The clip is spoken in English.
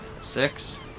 Six